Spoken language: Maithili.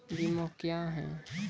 बीमा क्या हैं?